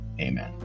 amen